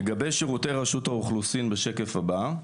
לגבי שירותי רשות האוכלוסין בשקף הבא,